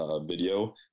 video